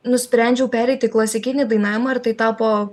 nusprendžiau pereiti į klasikinį dainavimą ir tai tapo